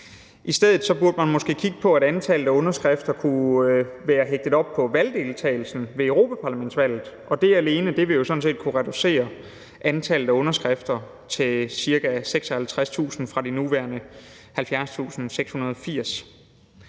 I stedet burde man måske kigge på, at antallet af underskrifter kunne være hægtet op på valgdeltagelsen ved europaparlamentsvalget, og det alene vil jo sådan set kunne reducere antallet af underskrifter til ca. 56.000 fra de nuværende 70.680.